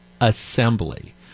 Assembly